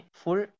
full